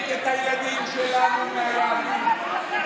מרחיק את הילדים שלנו מהיהדות.